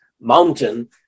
mountain